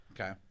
Okay